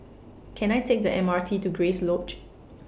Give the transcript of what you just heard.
Can I Take The M R T to Grace Lodge